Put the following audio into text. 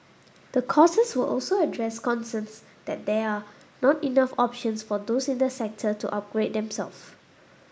the courses will also address concerns that there are not enough options for those in the sector to upgrade themselves